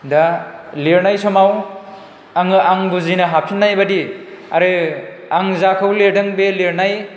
दा लिरनाय समाव आङो आं बुजिनो हाफिन्नाय बायदि आरो आं जाखौ लेरदों बे लिरनाय